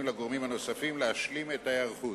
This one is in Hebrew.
ולגורמים הנוספים להשלים את ההיערכות.